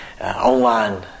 online